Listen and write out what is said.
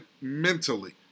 mentally